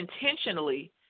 intentionally